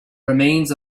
remains